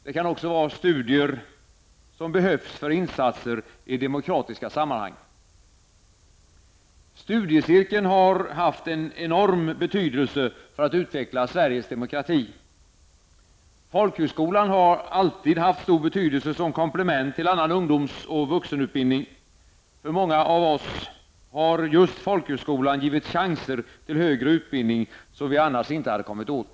Det kan också vara studier som behövs för insatser i demokratiska sammanhang. Studiecirkeln har haft en enorm betydelse för att utveckla Sveriges demokrati. Folkhögskolan har alltid haft stor betydelse som komplement till annan ungdoms och vuxenutbildning. För många av oss har just folkhögskolan givit chanser till högre utbildning som vi annars inte kommit åt.